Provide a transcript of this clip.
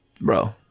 Bro